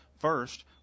First